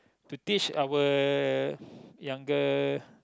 to teach our younger